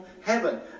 heaven